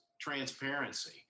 transparency